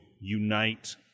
unite